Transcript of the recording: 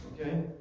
Okay